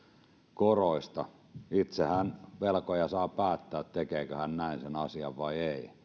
koroista itsehän velkoja saa päättää tekeekö hän näin sen asian vai ei